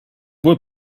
boy